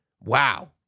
wow